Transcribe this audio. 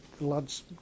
lads